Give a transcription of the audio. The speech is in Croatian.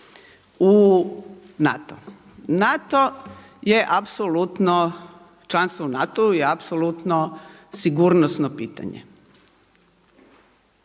u NATO. NATO je apsolutno, članstvo u NATO-u je apsolutno sigurnosno pitanje.